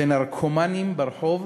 ונרקומנים ברחוב,